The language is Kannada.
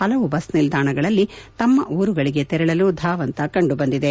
ಹಲವು ಬಸ್ ನಿಲ್ದಾಣಗಳಲ್ಲಿ ತಮ್ಮ ಊರುಗಳಗೆ ತೆರಳಲು ದಾವಂತ ಕಂಡುಬಂದಿದೆ